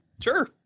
Sure